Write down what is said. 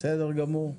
בסדר גמור,